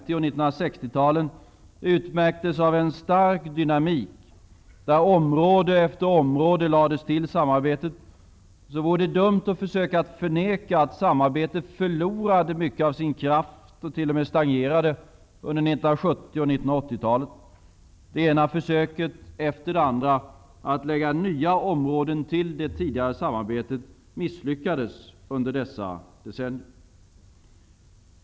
talen utmärktes av en stark dynamik, då område efter område lades till samarbetet, vore det dumt att försöka förneka att samarbetet förlorade mycket av sin kraft och t.o.m. stagnerade under 1970 och 1980-talen. Det ena försöket efter det andra att lägga nya områden till det tidigare samarbetet misslyckades under dessa decennier.